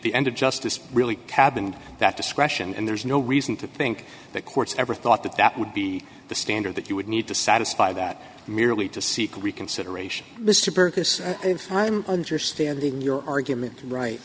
the end of justice really cabined that discretion and there's no reason to think that courts ever thought that that would be the standard that you would need to satisfy that merely to seek reconsideration mr berkus i'm understanding your argument right